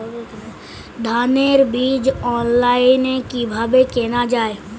ধানের বীজ অনলাইনে কিভাবে কেনা যায়?